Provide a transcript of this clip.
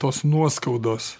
tos nuoskaudos